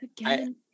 Again